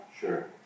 Sure